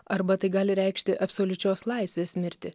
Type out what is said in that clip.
arba tai gali reikšti absoliučios laisvės mirtį